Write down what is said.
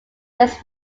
his